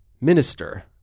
minister